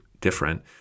different